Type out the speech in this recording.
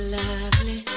lovely